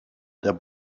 der